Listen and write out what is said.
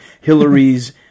Hillary's